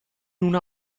una